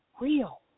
real